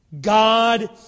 God